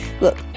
Look